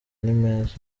nimeza